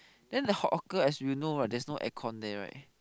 then the hawker as you know right there's no air con there right